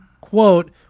quote